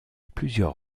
plusieurs